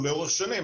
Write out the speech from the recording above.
הוא לאורך שנים,